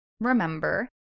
Remember